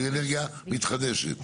באנרגיה מתחדשת.